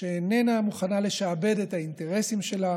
שאיננה מוכנה לשעבד את האינטרסים שלה